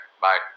bye